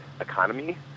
economy